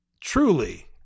truly